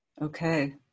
Okay